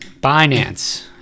Binance